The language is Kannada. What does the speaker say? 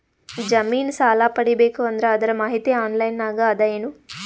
ಜಮಿನ ಸಾಲಾ ಪಡಿಬೇಕು ಅಂದ್ರ ಅದರ ಮಾಹಿತಿ ಆನ್ಲೈನ್ ನಾಗ ಅದ ಏನು?